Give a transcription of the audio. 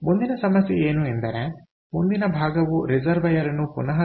ಮುಂದಿನ ಸಮಸ್ಯೆ ಏನು ಎಂದರೆ ಮುಂದಿನ ಭಾಗವು ರಿಸರ್ವೈಯರ್ನ್ನು ಪುನಃ ತುಂಬಿಸಲು 6